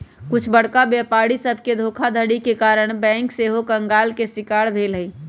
कुछ बरका व्यापारी सभके धोखाधड़ी के कारणे बैंक सेहो कंगाल के शिकार भेल हइ